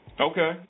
Okay